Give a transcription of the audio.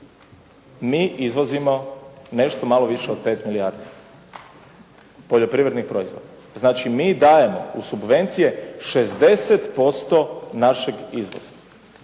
Mi izvozimo nešto malo više od 5 milijardi poljoprivrednih proizvoda. Znači mi dajemo u subvencije 60% našeg izvoza,